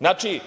Znači,